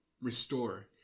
restore